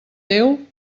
déu